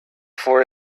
for